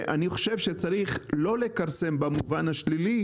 ואני חושב שצריך לא לכרסם במובן השלילי